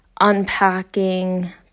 unpacking